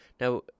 Now